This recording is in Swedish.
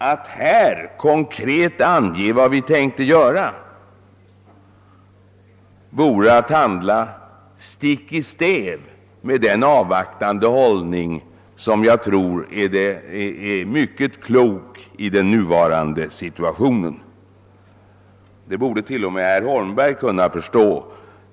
Att här konkret ange vad vi tänker göra vore att handla stick i stäv mot denna avvaktande hållning, som jag tror är mycket klok i den nuvarande situationen; det borde till och med herr Holmberg kunna förstå.